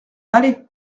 allez